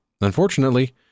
Unfortunately